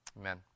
amen